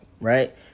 right